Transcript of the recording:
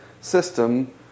system